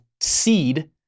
seed